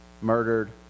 murdered